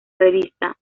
revista